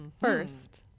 first